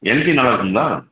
LG நல்லாயிருக்குங்களா